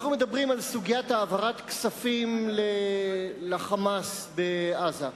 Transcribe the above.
אנחנו מדברים על סוגיית העברת כספים ל"חמאס" בעזה.